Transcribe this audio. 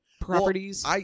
properties